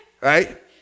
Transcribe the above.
right